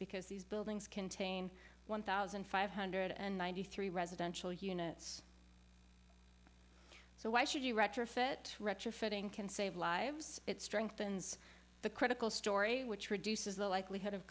because these buildings contain one thousand five hundred and ninety three residential units so why should you retrofit retrofitting can save lives it strengthens the critical story which reduces the likelihood of